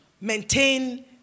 maintain